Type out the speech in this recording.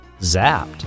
Zapped